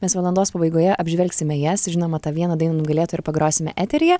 mes valandos pabaigoje apžvelgsime jas žinoma tą vieną dainą nugalėtoją ir pagrosime eteryje